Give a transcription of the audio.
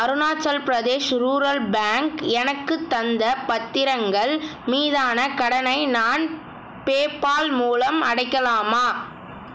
Arunachal Pradesh rural bank எனக்குத் தந்த பத்திரங்கள் மீதான கடனை நான் பேபால் மூலம் அடைக்கலாமா